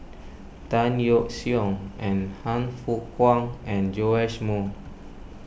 Tan Yeok Seong and Han Fook Kwang and Joash Moo